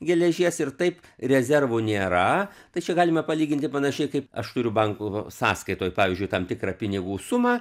geležies ir taip rezervų nėra tai čia galime palyginti panašiai kaip aš turiu banko sąskaitoj pavyzdžiui tam tikrą pinigų sumą